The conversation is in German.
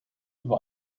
über